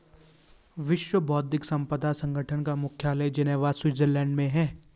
विश्व बौद्धिक संपदा संगठन का मुख्यालय जिनेवा स्विट्जरलैंड में है